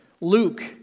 Luke